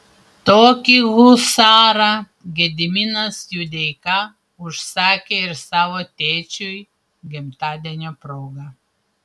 tokį husarą gediminas juodeika užsakė ir savo tėčiui gimtadienio proga